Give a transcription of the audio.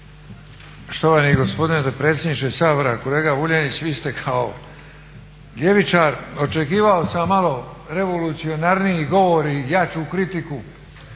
Štovani gospodine dopredsjedniče Sabora, kolega Vuljanić vi ste kao ljevičar, očekivao sam malo revolucionarniji govor i jaču kritiku,